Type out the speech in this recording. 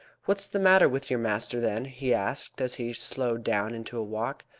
what is the matter with your master, then? he asked, as he slowed down into a walk.